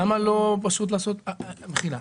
במחילה,